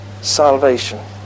salvation